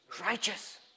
Righteous